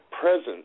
presence